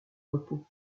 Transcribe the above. repos